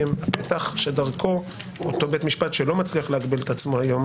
הן פתח שדרכו אותו בית משפט שלא מצליח להגביל את עצמו היום,